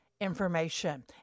information